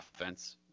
offense